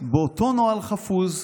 באותו נוהל חפוז,